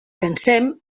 pensem